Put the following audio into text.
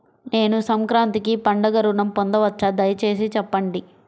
నేను సంక్రాంతికి పండుగ ఋణం పొందవచ్చా? దయచేసి చెప్పండి?